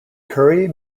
curry